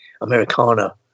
Americana